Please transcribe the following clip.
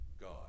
God